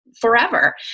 forever